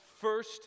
first